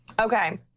Okay